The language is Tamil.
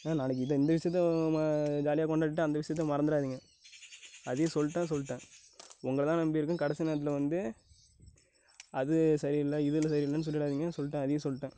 ஆ நாளைக்கு இதை இந்த விஷயத்த ஜாலியாக கொண்டாடிவிட்டு அந்த விஷயத்த மறந்துடாதீங்க அதையும் சொல்லிட்டேன் சொல்லிட்டேன் உங்களதான் நம்பியிருக்கேன் கடைசி நேரத்தில் வந்து அது சரியில்லை இது இல்லை சரியில்லைனு சொல்லிடாதீங்க சொல்லிட்டேன் அதையும் சொல்லிட்டேன்